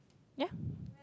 ya